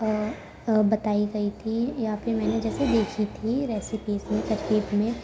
بتائی گئی تھی یا پھر میں نے جیسے دیکھی تھی ریسپیز میں ترکیب میں